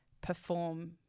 perform